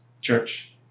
Church